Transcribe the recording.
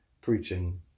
preaching